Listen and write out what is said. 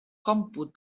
còmput